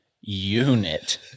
unit